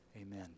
Amen